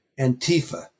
Antifa